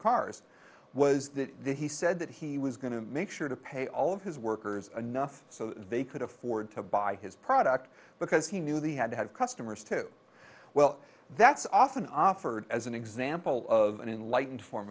cars was that they he said that he was going to make sure to pay all of his workers enough so that they could afford to buy his product because he knew they had to have customers to well that's often offered as an example of an enlightened form